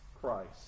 Christ